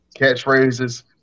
catchphrases